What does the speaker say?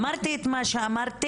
אמרתי את מה שאמרתי,